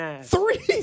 three